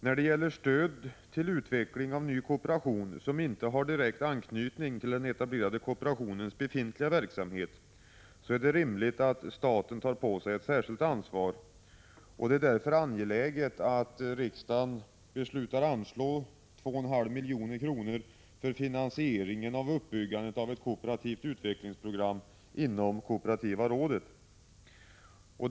När det gäller stöd till utveckling av ny kooperation, som inte har direkt anknytning till den etablerade kooperationens befintliga verksamhet, är det rimligt att staten tar på sig ett särskilt ansvar. Det är därför angeläget att riksdagen beslutar anslå 2,5 milj.kr. för finansieringen av uppbyggandet av ett kooperativt utvecklingsprogram inom Kooperativa rådet.